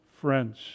friends